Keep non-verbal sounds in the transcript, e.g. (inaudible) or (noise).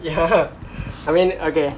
ya (laughs) I mean okay